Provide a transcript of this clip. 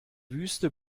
wüste